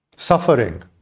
Suffering